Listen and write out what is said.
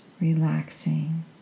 relaxing